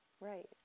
Right